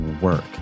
work